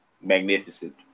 magnificent